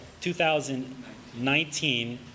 2019